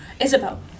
isabel